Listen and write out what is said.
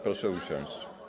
Proszę usiąść.